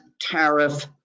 tariff